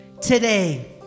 today